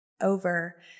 over